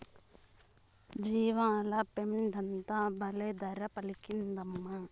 జీవాల పెండంతా బల్లే ధర పలికిందమ్మా